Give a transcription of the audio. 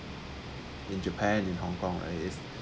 in japan in hong kong right is